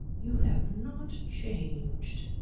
you have not changed.